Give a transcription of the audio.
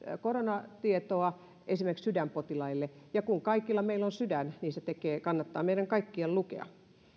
koronatietoa esimerkiksi sydänpotilaille ja kun kaikilla meillä on sydän niin se kannattaa meidän kaikkien lukea